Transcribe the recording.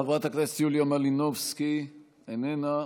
חברת הכנסת יוליה מלינובסקי, איננה.